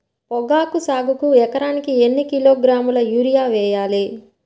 పొగాకు సాగుకు ఎకరానికి ఎన్ని కిలోగ్రాముల యూరియా వేయాలి?